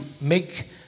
make